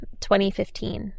2015